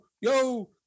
yo